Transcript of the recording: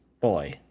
Boy